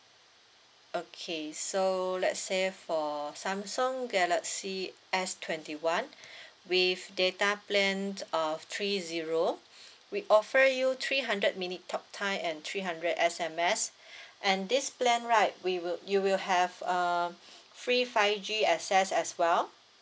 okay so let's say for samsung galaxy S twenty one with data plan of three zero we offer you three hundred minute talk time and three hundred S_M_S and this plan right we will you will have um free five G access as well